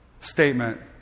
statement